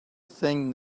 thing